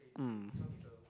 um